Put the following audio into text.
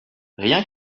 rien